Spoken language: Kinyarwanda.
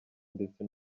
ndetse